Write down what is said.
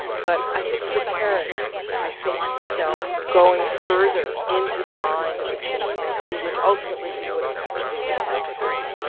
but i think for terrace, i think he felt going further in to the mind of the chimpanzee, which ultimately he would have had to do with project nim,